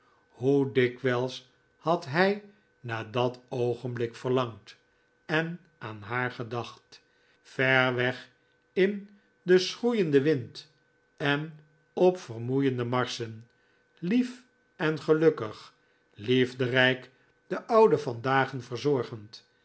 hoe dikwijls had hij naar dat oogenblik verlangd en aan haar gedacht ver weg in den schroeienden wind en op vermoeiende marschen lief en gelukkig liefderijk de ouden van dagen verzorgend